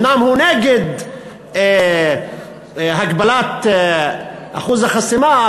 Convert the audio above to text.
אומנם הוא נגד הגדלת אחוז החסימה,